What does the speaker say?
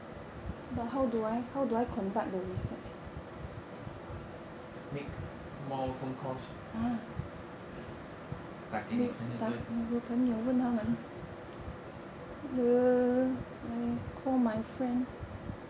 make more phone calls 打给你朋友问他们